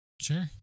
Sure